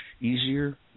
easier